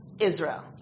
Israel